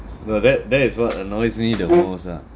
the that that is what annoys me the most ah